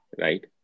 right